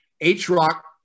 H-Rock